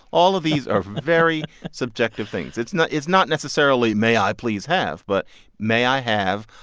all of these are very subjective things. it's not it's not necessarily may i please have, but may i have,